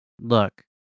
look